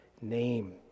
name